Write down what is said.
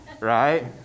Right